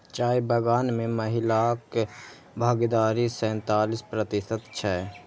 चाय बगान मे महिलाक भागीदारी सैंतालिस प्रतिशत छै